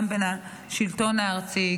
גם בשלטון הארצי,